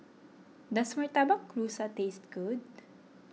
does Murtabak Rusa taste good